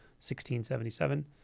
1677